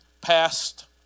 Past